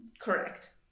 Correct